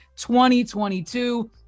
2022